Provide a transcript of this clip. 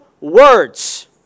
words